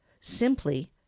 Simply